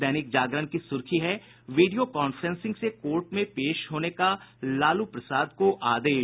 दैनिक जागरण की सुर्खी है वीडियो कांफ्रेंसिंग से कोर्ट में पेश होने का लालू प्रसाद को आदेश